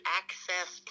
access